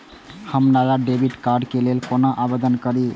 हम नया debit card के लल कौना आवेदन करि?